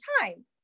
time